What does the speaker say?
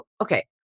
okay